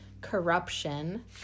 corruption